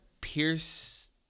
pierce